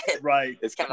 Right